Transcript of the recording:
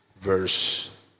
verse